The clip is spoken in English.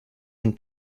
and